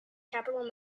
capital